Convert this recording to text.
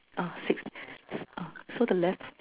ah six ah so the left